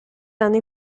anni